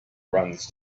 runs